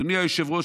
אדוני היושב-ראש,